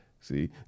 See